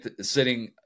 sitting